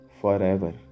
forever